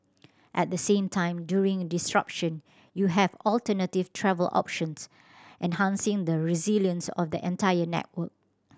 at the same time during disruption you have alternative travel options enhancing the resilience of the entire network